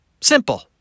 Simple